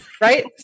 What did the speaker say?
Right